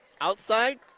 outside